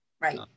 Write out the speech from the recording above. right